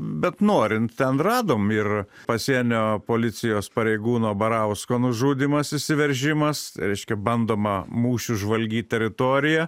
bet norint ten radom ir pasienio policijos pareigūno barausko nužudymas įsiveržimas reiškia bandoma mūšiu žvalgyt teritoriją